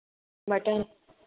butter